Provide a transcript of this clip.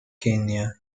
kenia